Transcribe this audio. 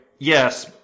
Yes